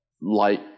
light